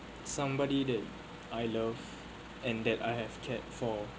somebody that I love and that I have cared for